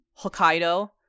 Hokkaido